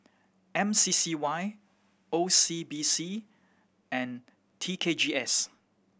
M C C Y O C B C and T K G S